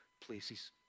places